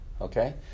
okay